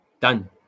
Done